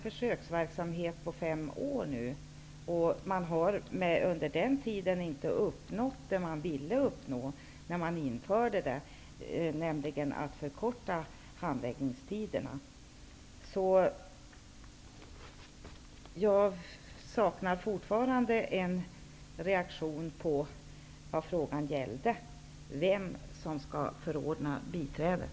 Försöksverksamheten har ju pågått i fem år, och man har under den tiden inte uppnått det som man ville uppnå när man påbörjade försöksverksamheten, nämligen att förkorta handläggningstiderna. Jag saknar fortfarande en reaktion på det som frågan gällde, nämligen vem som skall förordna biträden.